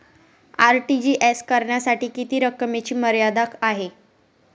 RTGS करण्यासाठी किती रकमेची मर्यादा आहे?